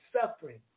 suffering